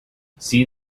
see